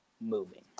moving